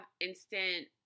instant